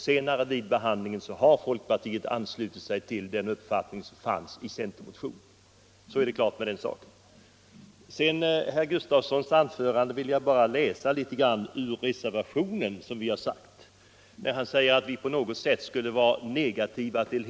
Senare vid behandlingen i utskottet anslöt sig folkpartiet till den uppfattning som kom till uttryck i centerns motion. Herr Gustavssons i Nässjö påstående att vi på något sätt skulle vara negativa till hela projektet vill jag bemöta genom att bara läsa litet ur vår reservation.